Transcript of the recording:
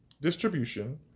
distribution